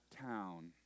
town